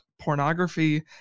pornography